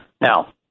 Now